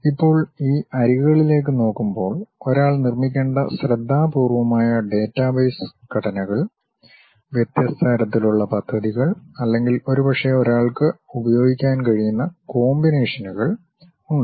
ഇപ്പോൾ ഈ അരികുകളിലേക്ക് നോക്കുമ്പോൾ ഒരാൾ നിർമ്മിക്കേണ്ട ശ്രദ്ധാപൂർവ്വമായ ഡാറ്റാബേസ് ഘടനകൾ വ്യത്യസ്ത തരത്തിലുള്ള പദ്ധതികൾ അല്ലെങ്കിൽ ഒരുപക്ഷേ ഒരാൾക്ക് ഉപയോഗിക്കാൻ കഴിയുന്ന കോമ്പിനേഷനുകൾ ഉണ്ട്